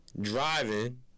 driving